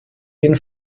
jeden